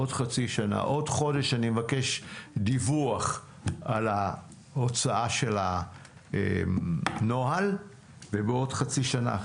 עוד חודש אני מבקש דיווח על ההוצאה של הנוהל ובעוד חצי שנה,